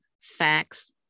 facts